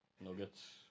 nuggets